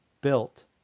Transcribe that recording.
built